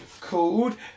called